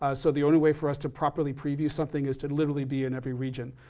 ah so the only way for us to properly preview something is to literally be in every region.